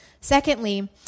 Secondly